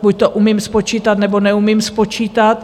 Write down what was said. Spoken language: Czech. Buď to umím spočítat, nebo neumím spočítat.